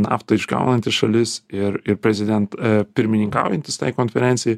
naftą išgaunanti šalis ir ir prezident pirmininkaujantis tai konferencijai